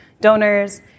donors